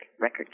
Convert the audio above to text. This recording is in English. record